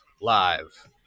Live